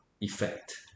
effect